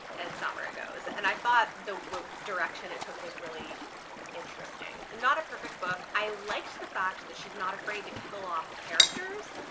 it's not where it goes, and i thought the direction it took was really interesting. not a perfect book. i liked the fact that she's not afraid to kill off characters,